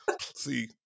See